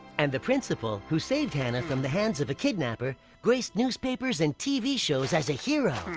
and the principal, who saved hanah from the hands of a kidnapper, graced newspapers and tv shows as a hero.